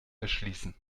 erschließen